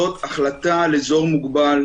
זאת החלטה על אזור מוגבל,